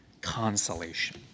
consolation